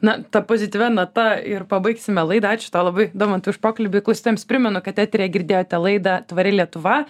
na ta pozityvia nata ir pabaigsime laidą ačiū tau labai domantai už pokalbį klausytojams primenu kad eteryje girdėjote laidą tvari lietuva